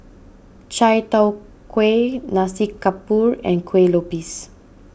Chai Tow Kuay Nasi Campur and Kueh Lupis